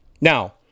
Now